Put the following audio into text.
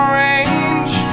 range